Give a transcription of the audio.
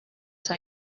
sain